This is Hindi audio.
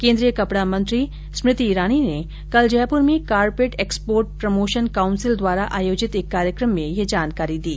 केन्द्रीय कपड़ा मंत्री स्मृति ईरानी ने कल जयपूर में कारपेट एक्सपोर्ट प्रमोषन काउंसिल द्वारा आयोजित एक कार्यक्रम में यह जानकारी दी